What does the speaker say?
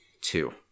two